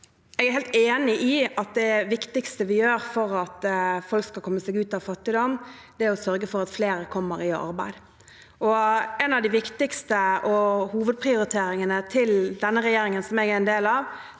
Jeg er helt enig i at det viktigste vi gjør for at folk skal komme seg ut av fattigdom, er å sørge for at flere kommer i arbeid. En av de viktigste hovedprioriteringene til denne regjeringen som jeg er en del av,